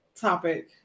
topic